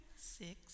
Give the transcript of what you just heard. Six